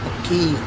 पखी